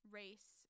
race